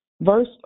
verse